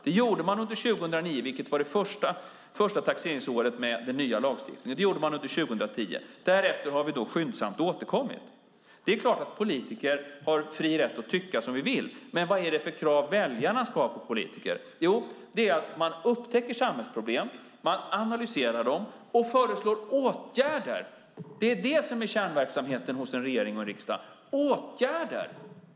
Det gjorde man under 2009, vilket var det första taxeringsåret med den nya lagstiftningen, och det gjorde man under 2010. Därefter har vi skyndsamt återkommit. Det är klart att politiker har fri rätt att tycka som vi vill, men vad är det för krav väljarna ska ha på politiker? Jo, det är att man upptäcker samhällsproblem, att man analyserar dem och att man föreslår åtgärder. Det är det som är kärnverksamheten hos en regering och riksdag - åtgärder.